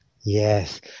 Yes